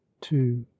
two